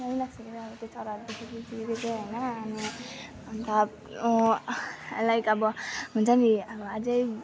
राम्रो लाग्छ त्यो चराहरू देखेपछि चाहिँ होइन अनि अन्त लाइक अब हुन्छ नि अब अझै